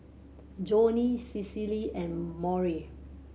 Joni Cicely and Maury